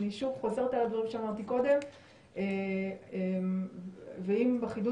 אני שוב חוזרת על הדברים שאמרתי קודם ואם בחידוד